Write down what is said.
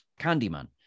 Candyman